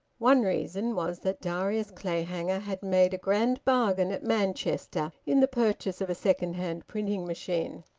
one reason was that darius clayhanger had made a grand bargain at manchester in the purchase of a second-hand printing machine.